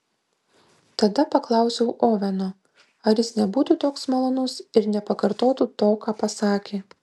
tada paklausiau oveno ar jis nebūtų toks malonus ir nepakartotų to ką pasakė